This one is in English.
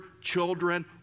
children